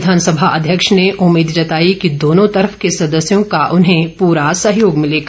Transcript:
विधानसभा अध्यक्ष ने उम्मीद जताई कि दोनों तरफ के सदस्यों का उन्हें पूरा सहयोग मिलेगा